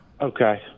Okay